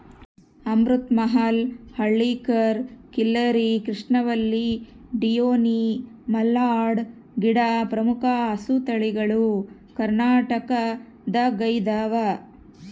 ಅಮೃತ ಮಹಲ್ ಹಳ್ಳಿಕಾರ್ ಖಿಲ್ಲರಿ ಕೃಷ್ಣವಲ್ಲಿ ಡಿಯೋನಿ ಮಲ್ನಾಡ್ ಗಿಡ್ಡ ಪ್ರಮುಖ ಹಸುತಳಿಗಳು ಕರ್ನಾಟಕದಗೈದವ